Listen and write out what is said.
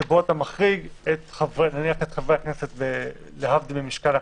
שבו אתה מחריג את חברי הכנסת להבדיל ממשכן הכנסת.